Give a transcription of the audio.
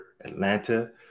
Atlanta